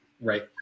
Right